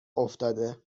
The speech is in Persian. افتاده